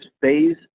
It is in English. phase